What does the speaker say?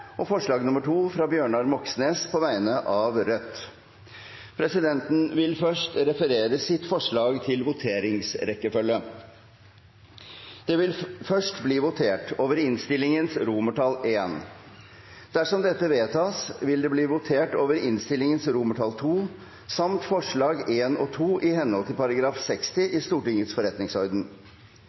forslag nr. 2, fra Bjørnar Moxnes på vegne av Rødt Presidenten vil først referere sitt forslag til voteringsrekkefølge. Det vil først bli votert over innstillingens I. Dersom dette vedtas, vil det bli votert over innstillingens II samt forslagene nr. 1 og 2, i henhold til § 60 i Stortingets forretningsorden.